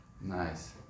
Nice